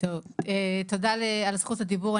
תודה על זכות הדיבור.